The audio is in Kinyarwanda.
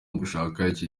ugushaka